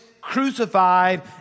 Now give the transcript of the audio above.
crucified